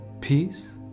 Peace